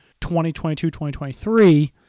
2022-2023